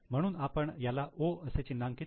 म्हणून आपण याला 'O' असे चिन्हांकित करू